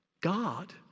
God